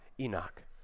Enoch